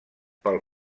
pel